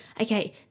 Okay